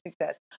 success